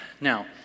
Now